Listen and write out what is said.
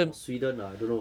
or sweden ah I don't know